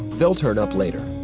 they'll turn up later.